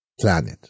planet